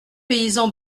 paysan